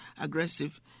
aggressive